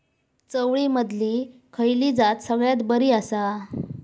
चवळीमधली खयली जात सगळ्यात बरी आसा?